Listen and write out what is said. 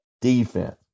defense